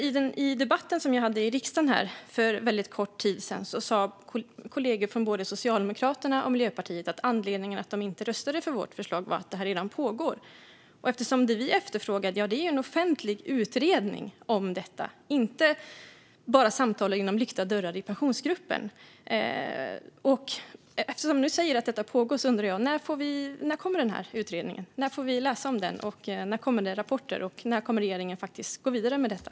I debatten som vi hade här i riksdagen för en väldigt kort tid sedan sa kollegor från både Socialdemokraterna och Miljöpartiet att anledningen till att de inte röstade för vårt förslag var att detta redan pågår. Men eftersom det vi efterfrågar är en offentlig utredning, inte bara samtal bakom lyckta dörrar i Pensionsgruppen, och eftersom statsrådet nu säger att detta pågår undrar jag: När kommer utredningen? När får vi läsa om den? När kommer det rapporter? När kommer regeringen att gå vidare med detta?